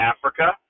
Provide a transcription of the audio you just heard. Africa